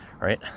right